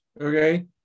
okay